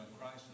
Christ